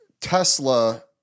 Tesla